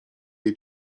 jej